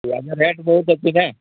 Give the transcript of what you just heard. ପିଆଜ ରେଟ୍ ବହୁତ ଅଛିନା